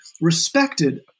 respected